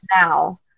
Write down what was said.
now